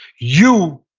you,